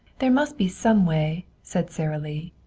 there must be some way, said sara lee.